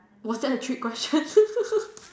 was that a trick question